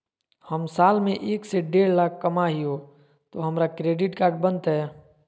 हम साल में एक से देढ लाख कमा हिये तो हमरा क्रेडिट कार्ड बनते?